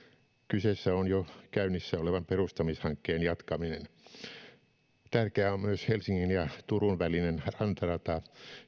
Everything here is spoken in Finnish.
kyseessä on jo käynnissä olevan perustamishankkeen jatkaminen tärkeää on myös helsingin ja turun välinen rantarata